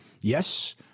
yes